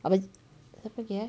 abang siapa lagi eh